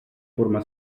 forma